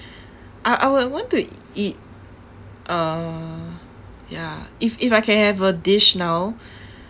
I I would want to eat uh ya if if I can have a dish now